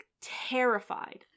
terrified